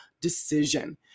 decision